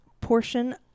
portion